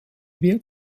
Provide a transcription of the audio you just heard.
wird